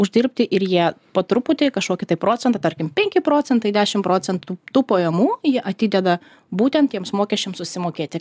uždirbti ir jie po truputį kažkokį tai procentą tarkim penki procentai dešimt procentų tų pajamų jie atideda būtent tiems mokesčiams susimokėti